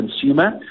consumer